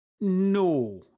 No